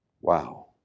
Wow